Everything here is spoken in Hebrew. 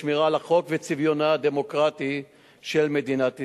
שמירה על החוק וצביונה הדמוקרטי של מדינת ישראל.